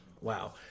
wow